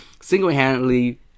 single-handedly